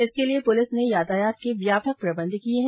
इसके लिए पुलिस ने यातायात के व्यापक प्रबंध किये है